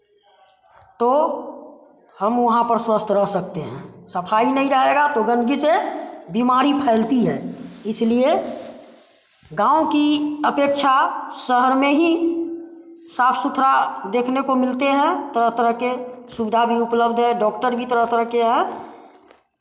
तो हम वहाँ पर स्वस्थ रह सकते है सफ़ाई नहीं रहेगा तो गंदगी से बीमारी फैलती है इसलिए गाँव की अपेक्षा शहर में ही साफ़ सुथरा देखने को मिलते हैं तरह तरह के सुविधा भी उपलब्ध है डॉक्टर भी तरह तरह के हैं